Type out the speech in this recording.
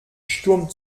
sturm